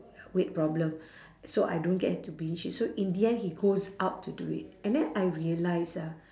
weight problem so I don't get to binge eat so in the end he goes out to do it and then I realise ah